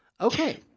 okay